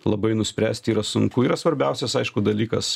labai nuspręsti yra sunku yra svarbiausias aišku dalykas